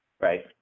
right